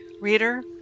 Reader